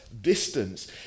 distance